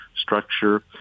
structure